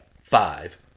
Five